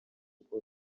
kuko